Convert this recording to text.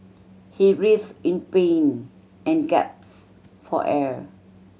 he writhed in pain and gasped for air